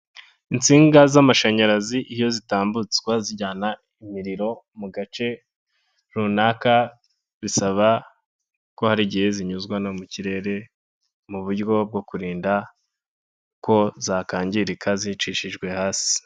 Insinga z'amashanyarazi iyo zitambutswa zijyana imiriro mu gace runaka, bisaba ko hari igihe zinyuzwa no mu kirere mu buryo bwo kurinda ko zakangirika zicishijwe hasi.